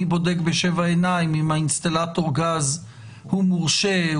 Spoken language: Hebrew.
אני בודק בשבע עיניים אם האינסטלטור גז הוא מורשה,